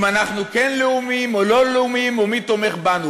אנחנו כן לאומיים או לא לאומיים ומי תומך בנו,